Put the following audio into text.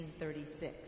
1936